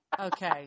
Okay